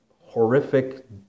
horrific